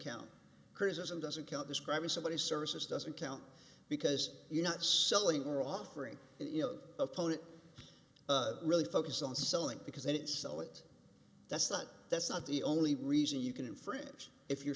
count criticism doesn't count describing somebody services doesn't count because you're not selling or offering you know opponent really focus on selling because they didn't sell it that's not that's not the only reason you can infringe if you're